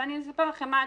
אני אספר לכם מה הטריק.